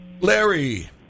larry